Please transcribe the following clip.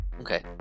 Okay